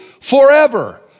forever